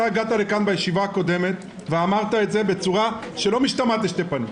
שאתה הגעת לכאן בישיבה הקודמת ואמרת בצורה שלא משתמעת לשתי פנים,